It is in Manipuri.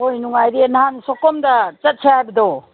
ꯍꯣꯏ ꯅꯨꯡꯉꯥꯏꯔꯤꯌꯦ ꯅꯍꯥꯟ ꯁꯣꯀꯣꯝꯗ ꯆꯠꯁꯦ ꯍꯥꯏꯕꯗꯣ